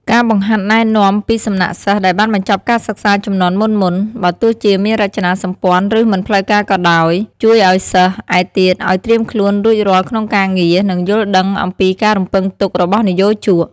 ការបង្ហាត់ណែនាំពីសំណាក់សិស្សដែលបានបញ្ចប់ការសិក្សាជំនាន់មុនៗ បើទោះជាមានរចនាសម្ព័ន្ធឬមិនផ្លូវការក៏ដោយ ជួយឲ្យសិស្សឯទៀតឱ្យត្រៀមខ្លួនរួចរាល់ក្នុងការងារ និងយល់ដឹងអំពីការរំពឹងទុករបស់និយោជក។